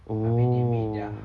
oh